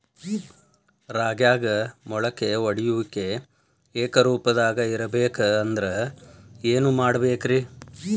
ರಾಗ್ಯಾಗ ಮೊಳಕೆ ಒಡೆಯುವಿಕೆ ಏಕರೂಪದಾಗ ಇರಬೇಕ ಅಂದ್ರ ಏನು ಮಾಡಬೇಕ್ರಿ?